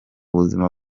buzima